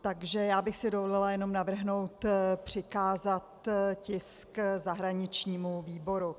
Takže bych si dovolila jenom navrhnout přikázat tisk zahraničnímu výboru.